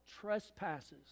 trespasses